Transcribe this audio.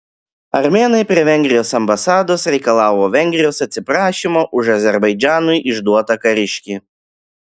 armėnai prie vengrijos ambasados reikalavo vengrijos atsiprašymo už azerbaidžanui išduotą kariškį